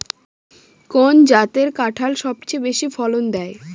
কোন জাতের কাঁঠাল সবচেয়ে বেশি ফলন দেয়?